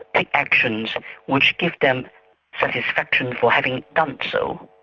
like actions which give them satisfaction for having done so,